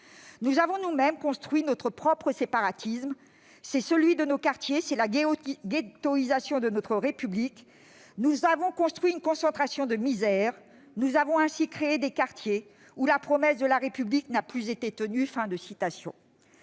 Nous avons nous-mêmes construit notre propre séparatisme. C'est celui de nos quartiers, c'est la ghettoïsation de notre République [...] Nous avons construit une concentration de la misère [...] Nous avons créé ainsi des quartiers où la promesse de la République n'a plus été tenue. »